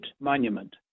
monument